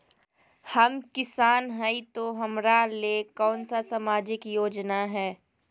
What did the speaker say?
हम किसान हई तो हमरा ले कोन सा सामाजिक योजना है?